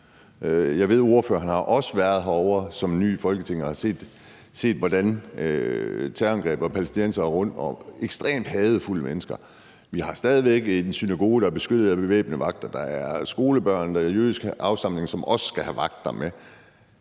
Jeg ved, at ordføreren også har været herovre som ny i Folketinget og set, hvordan terrorangrebet var, og palæstinensere rundtomkring, ekstremt hadefulde mennesker. Vi har stadig væk en synagoge, der er beskyttet af bevæbnede vagter; der er skolebørn af jødisk afstamning, som også skal have vagter med.